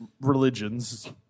religions